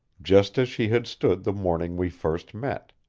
just as she had stood the morning we first met.